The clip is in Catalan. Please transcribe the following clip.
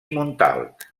montalt